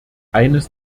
eines